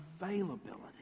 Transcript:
availability